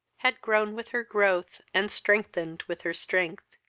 had grown with her growth, and strengthened with her strength,